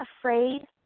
afraid